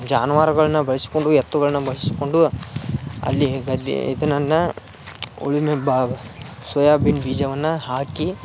ಜಾನುವಾರ್ಗಳ್ನ ಬಳಸ್ಕೊಂಡು ಎತ್ತುಗಳನ್ನ ಬಳಸ್ಕೊಂಡು ಅಲ್ಲಿ ಗದ್ದೆ ಇದು ನನ್ನ ಉಳುಮೆ ಬಾ ಸೊಯಾಬೀನ್ ಬೀಜವನ್ನು ಹಾಕಿ